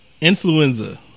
Influenza